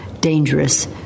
dangerous